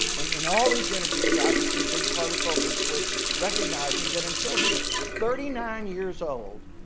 and in all these interviews obviously a big part of the focus was recognizing that until he was thirty nine years old,